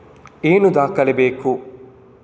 ಏನು ದಾಖಲೆ ಬೇಕು?